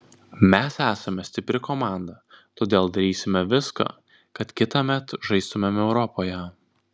mes esame stipri komanda todėl darysime viską kad kitąmet žaistumėm europoje